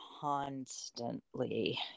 constantly